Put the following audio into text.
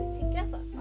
together